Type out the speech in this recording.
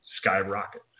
skyrocket